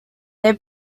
they